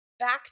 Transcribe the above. Back